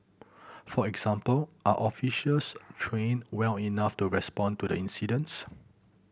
for example are officers trained well enough to respond to the incidents